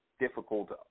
difficult